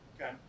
Okay